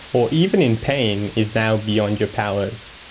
or even in pain is now beyond your powers.